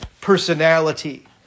personality